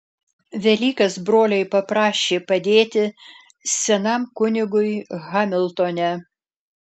velykas broliai paprašė padėti senam kunigui hamiltone